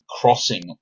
crossing